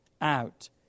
out